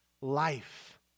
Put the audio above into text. life